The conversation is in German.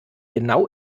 genau